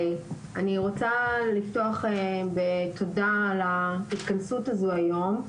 אני רוצה לפתוח בתודה על ההתכנסות הזו היום.